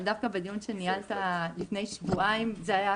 אבל דווקא בדיון שניהלת לפני שבועיים זה היה,